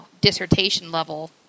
dissertation-level